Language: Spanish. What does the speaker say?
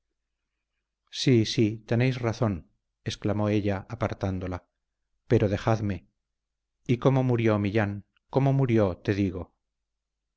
sí sí tenéis razón exclamó ella apartándola pero dejadme y cómo murió millán cómo murió te digo